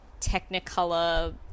Technicolor